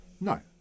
no